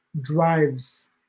drives